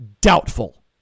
Doubtful